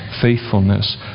faithfulness